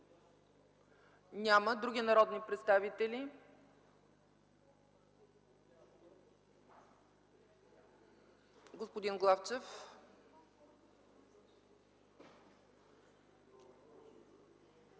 Няма. Други народни представители? Господин Главчев,